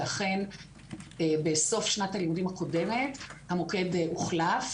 ואכן, בסוף שנת הלימודים הקודמת המוקד הוחלף.